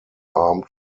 armed